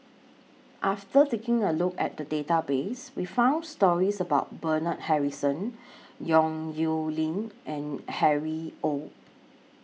after taking A Look At The Database We found stories about Bernard Harrison Yong Nyuk Lin and Harry ORD